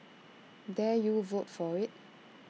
dare you vote for IT